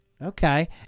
okay